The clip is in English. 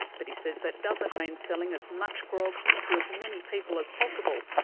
but he says that doesn't mean selling as much grog to as many people as possible.